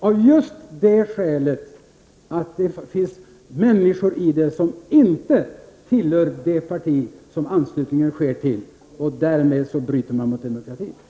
Det finns människor i dessa organisationer som inte tillhör det parti som anslutningen sker till, och därmed bryter man mot demokratins regler.